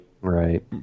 right